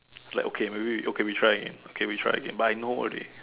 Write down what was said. like okay maybe okay we try again okay we try again but I know already